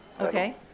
Okay